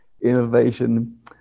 innovation